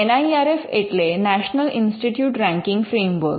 N I R F એટલે national institute ranking framework